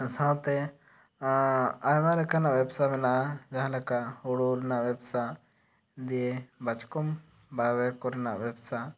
ᱥᱟᱶᱛᱮ ᱟᱭᱢᱟ ᱞᱮᱠᱟᱱᱟᱜ ᱵᱮᱥᱵᱽᱥᱟ ᱢᱮᱱᱟᱜᱼᱟ ᱡᱟᱦᱟᱸ ᱞᱮᱠᱟ ᱦᱳᱲᱳ ᱨᱮᱱᱟᱜ ᱵᱮᱵᱽᱥᱟ ᱫᱤᱭᱮ ᱵᱟᱪᱠᱚᱢ ᱵᱟᱵᱮᱨ ᱠᱚᱨᱮᱱᱟᱜ ᱵᱮᱵᱽᱥᱟ